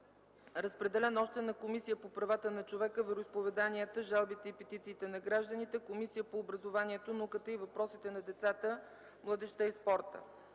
Разпределен е и на Комисията по правата на човека, вероизповеданията, жалбите и петициите на гражданите и Комисията по образованието, науката и въпросите на децата, младежта и спорта.